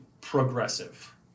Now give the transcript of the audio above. progressive